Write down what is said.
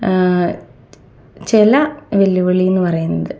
ചില വെല്ലുവിളി എന്ന് പറയുന്നത്